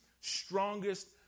strongest